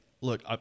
look